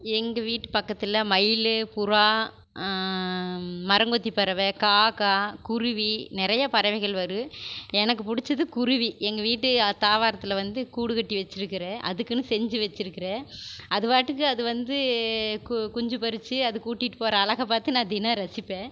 எங்கள் வீட்டு பக்கத்தில் மயில் புறா மரங்கொத்தி பறவை காக்கா குருவி நிறைய பறவைகள் வரும் எனக்கு பிடிச்சது குருவி எங்கள் வீட்டு ஆ தாவாரத்தில் வந்து கூடு கட்டி வெச்சுருக்கிறேன் அதுக்குன்னு செஞ்சு வெச்சிருக்கிறேன் அது பாட்டுக்கு அது வந்து கு குஞ்சு பொரிச்சு அது கூட்டிகிட்டு போகிற அழகை பார்த்து நான் தினம் ரசிப்பேன்